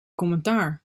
commentaar